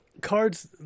cards